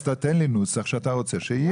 אז תן לי נוסח שאתה רוצה שיהיה,